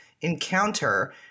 encounter